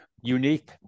unique